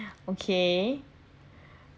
okay